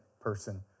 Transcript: person